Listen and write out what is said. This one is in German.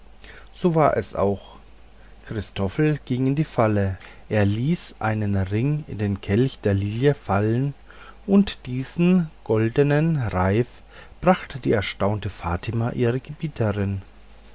so war es auch christoffel ging in die falle er ließ einen ring in den kelch der lilie fallen und diesen goldenen reif brachte die erstaunte fatime ihrer gebieterin